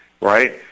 right